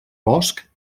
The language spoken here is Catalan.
bosc